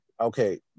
okay